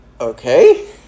okay